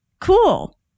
Cool